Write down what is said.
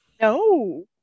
No